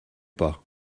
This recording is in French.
pas